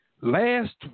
Last